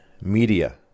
media